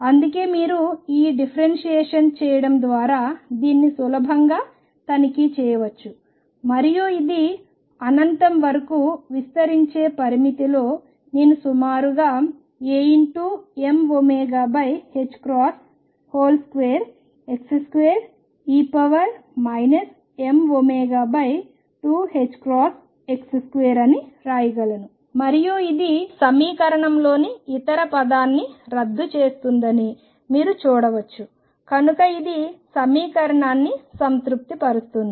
అందుకే మీరు ఈ డిఫరెన్షియేషన్ చేయడం ద్వారా దీన్ని సులభంగా తనిఖీ చేయవచ్చు మరియు ఇది అనంతం వరకు విస్తరించే పరిమితిలో నేను సుమారుగా Amω2x2e mω2ℏx2 అని వ్రాయగలను మరియు ఇది సమీకరణంలోని ఇతర పదాన్ని రద్దు చేస్తుందని మీరు చూడవచ్చు కనుక ఇది సమీకరణాన్ని సంతృప్తిపరుస్తుంది